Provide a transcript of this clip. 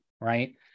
right